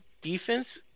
defense